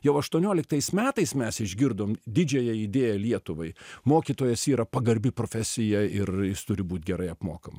jau aštuonioliktais metais mes išgirdom didžiąją idėją lietuvai mokytojas yra pagarbi profesija ir jis turi būt gerai apmokama